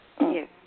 Yes